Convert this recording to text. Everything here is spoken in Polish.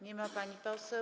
Nie ma pani poseł.